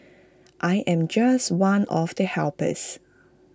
I am just one of the helpers